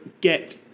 get